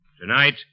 Tonight